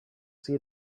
see